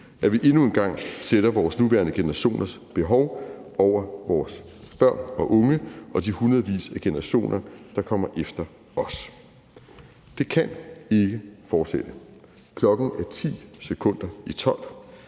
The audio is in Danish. at vi endnu en gang sætter vores nuværende generationers behov over vores børn og unge og de hundredvis af generationer, der kommer efter os. Kl. 19:05 Det kan ikke fortsætte. Klokken er ti sekunder i